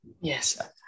Yes